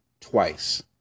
twice